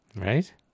Right